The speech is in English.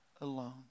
alone